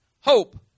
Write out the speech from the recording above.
Hope